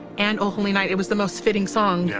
and o holy night, it was the most fitting song, yeah.